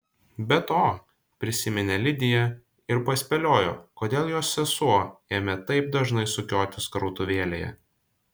be to prisiminė lidiją ir paspėliojo kodėl jos sesuo ėmė taip dažnai sukiotis krautuvėlėje